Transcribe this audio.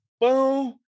Boom